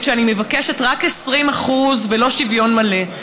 על שאני מבקשת רק 20% ולא שוויון מלא,